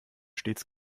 stets